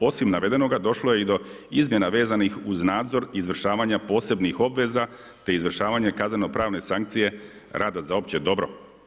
Osim navedenoga došlo je i do izmjena vezanih uz nadzor izvršavanja posebnih obveza te izvršavanja kaznenopravne sankcije rada za opće dobro.